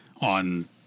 on